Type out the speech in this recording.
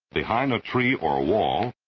behind a tree or a wall,